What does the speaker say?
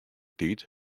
tiid